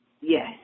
yes